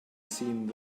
seen